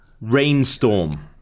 Rainstorm